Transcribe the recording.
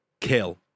kill